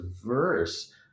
diverse